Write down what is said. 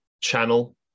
channel